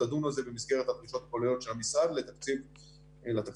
תדונו על זה במסגרת הדרישות הכוללות של המשרד לתקציב הקרוב.